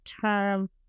term